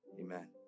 Amen